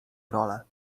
role